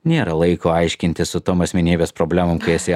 nėra laiko aiškintis su tom asmenybės problemom kai esi